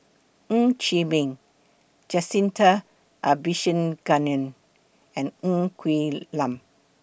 Ng Chee Meng Jacintha Abisheganaden and Ng Quee Lam